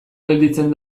gelditzen